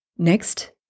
Next